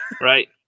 right